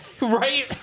Right